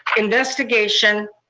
investigation,